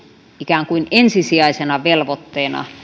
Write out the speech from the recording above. ikään kuin ensisijaisena velvoitteena